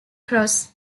cross